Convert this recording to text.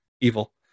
evil